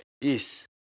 yes